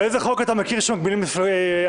באיזה חוק אתה מכיר שמגבילים הפגנות?